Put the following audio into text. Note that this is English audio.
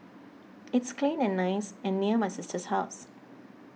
it's clean and nice and near my sister's house